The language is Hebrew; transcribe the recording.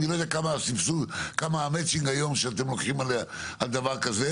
אני לא יודע כמה המצ'ינג היום שאתם לוקחים על דבר כזה.